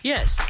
Yes